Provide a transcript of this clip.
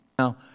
Now